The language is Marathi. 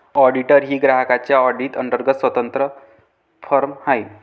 ऑडिटर ही ग्राहकांच्या ऑडिट अंतर्गत स्वतंत्र फर्म आहे